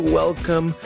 welcome